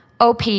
OP